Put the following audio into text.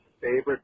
Favorite